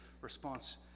response